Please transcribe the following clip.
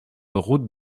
route